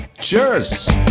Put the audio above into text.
Cheers